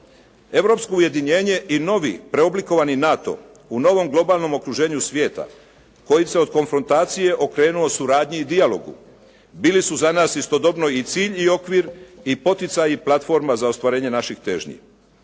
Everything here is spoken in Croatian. Europsko ujedinjenje i novi preoblikovani NATO u novom globalnom okruženju svijeta koji se od konfrontacije okrenuo suradnji i dijalogu bili su za nas istodobno i cilj i okvir i poticaj i platforma za ostvarenje naših težnji.